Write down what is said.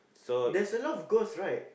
there's a lot of ghosts right